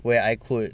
where I could